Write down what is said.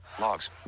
Logs